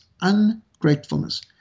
ungratefulness